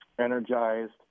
energized